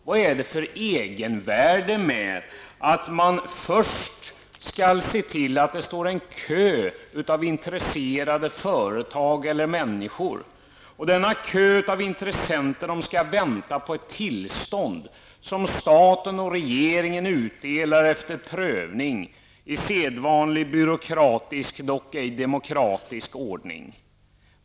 Vad är det för egenvärde i att man först skall se till att det står en kö av intresserade företag eller människor som väntar på ett tillstånd som staten och regeringen utdelar efter prövning i sedvanlig byråkratisk, dock ej demokratisk, ordning?